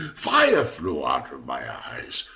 fire flew out of my eyes,